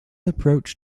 approach